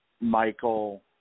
Michael